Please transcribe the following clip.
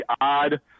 odd